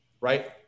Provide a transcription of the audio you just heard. right